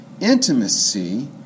intimacy